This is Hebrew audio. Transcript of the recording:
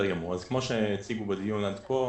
כפי שהציגו בדיון עד כה,